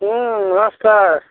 हूँ नमस्कार